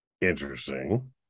Interesting